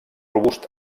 robust